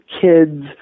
kids